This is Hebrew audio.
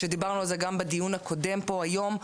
ודיברנו על זה גם בדיון הקודם פה והיום,